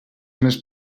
més